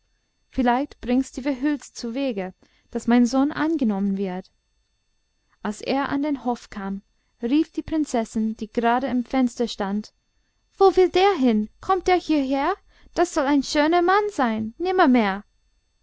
vielleicht bringt's die verhüllte zuwege daß mein sohn angenommen wird als er an den hof kam rief die prinzessin die grade am fenster stand wo will der hin kommt der hierher das soll ein schöner mann sein